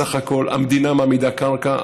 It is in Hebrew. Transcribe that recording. בסך הכול המדינה מעמידה קרקע,